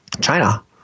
China